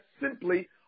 simply